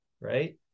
Right